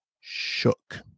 shook